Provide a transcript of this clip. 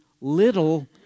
little